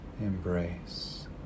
embrace